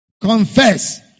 Confess